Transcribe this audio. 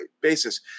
basis